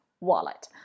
wallet